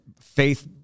faith